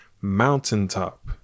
mountaintop